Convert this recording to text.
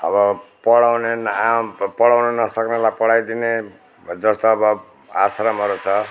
अब पढाउने आ पढाउन नसक्नेलाई पढाइदिने जस्तो अब आश्रमहरू छ